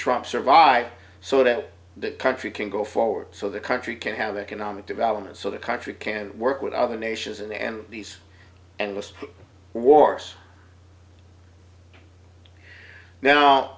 trump survive so that the country can go forward so the country can have economic development so the country can work with other nations in the end these endless wars now